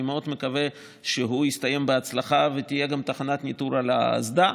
אני מאוד מקווה שהוא יסתיים בהצלחה ותהיה תחנת ניטור גם על האסדה.